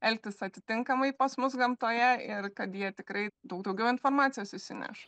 elgtis atitinkamai pas mus gamtoje ir kad jie tikrai daug daugiau informacijos išsineš